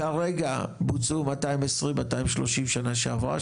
כרגע בוצעו 220-230 בשנה שעברה,